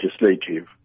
legislative